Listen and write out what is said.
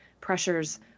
pressures